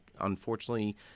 unfortunately